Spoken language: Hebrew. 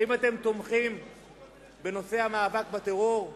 האם אתם תומכים בנושא המאבק בטרור?